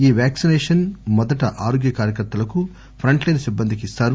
ఈ వ్యాక్సిసేషన్ మొదట ఆరోగ్య కార్యకర్తలకు ప్రంట్ లైన్ సిబ్బందికి ఇస్తారు